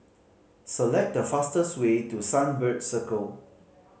select the fastest way to Sunbird Circle